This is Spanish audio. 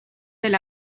del